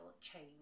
change